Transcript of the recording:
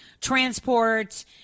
transport